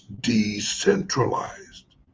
decentralized